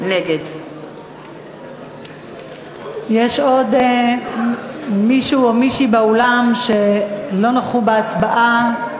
נגד יש עוד מישהו או מישהי באולם שלא נכחו בהצבעה?